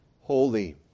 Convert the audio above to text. holy